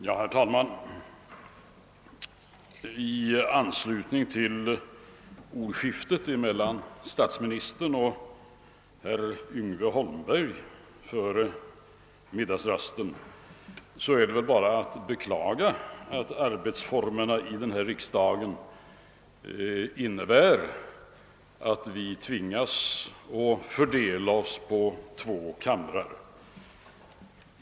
Herr talman! I anslutning till ordskiftet mellan statsministern och herr Yngve Holmberg före middagsrasten är det väl bara att beklaga, att arbetsformerna i denna riksdag innebär, att vi tvingas att fördela oss på två kamrar.